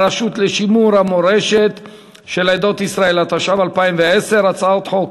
(נותני שירות עסקי), התשע"ב 2012, הצעת חוק